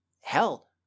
Hell